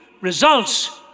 results